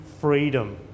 freedom